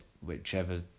whichever